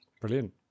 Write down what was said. Brilliant